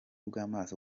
bw’amaso